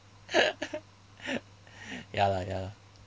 ya lah ya lah